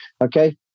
Okay